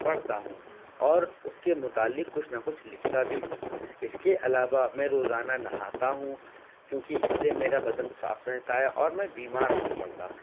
پڑھتا ہوں اور اس کے متعلق کچھ نہ کچھ لکھتا بھی ہوں اس کے علاوہ میں روزانہ نہاتا ہوں کیونکہ اس سے میرا بدن صاف رہتا اور میں بیمار نہیں پڑتا